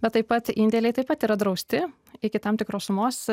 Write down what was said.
bet taip pat indėliai taip pat yra drausti iki tam tikros sumos